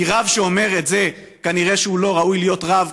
כי רב שאומר את זה כנראה שהוא לא ראוי להיות רב,